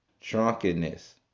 drunkenness